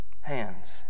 hands